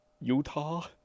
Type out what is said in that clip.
Utah